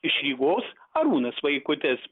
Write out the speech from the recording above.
iš rygos arūnas vaikutis